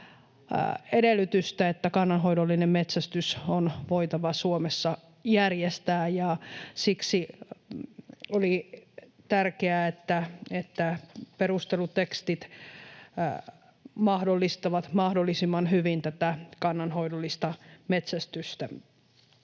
edellytystä, että kannanhoidollinen metsästys on voitava Suomessa järjestää, ja siksi oli tärkeää, että perustelutekstit mahdollistavat mahdollisimman hyvin tätä kannanhoidollista metsästystä.